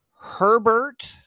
Herbert